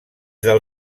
del